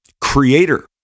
creator